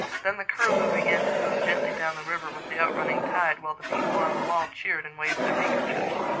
then the curlew began to move gently down the river with the out-running tide, while the people on the wall cheered and waved their handkerchiefs.